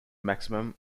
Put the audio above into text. maximum